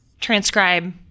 transcribe